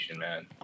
man